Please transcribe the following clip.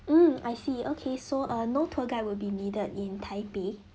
mm I see okay so err no tour guide will be needed in taipei